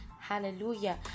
hallelujah